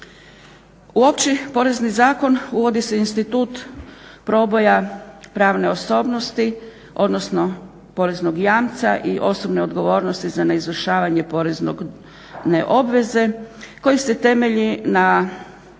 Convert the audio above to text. U Općeg poreznog zakon uvodi se institut proboja pravne osobnosti odnosno poreznog jamstva i osobne odgovornosti za neizvršavanje porezne obveze koji se temelji na